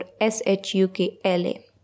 S-H-U-K-L-A